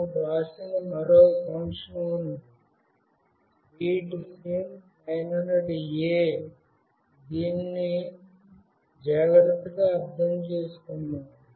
మనం వ్రాసిన మరో ఫంక్షన్ ఉంది readSIM900A దీనిని జాగ్రత్తగా అర్థం చేసుకుందాం